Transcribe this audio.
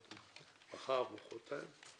מחר, מחרתיים.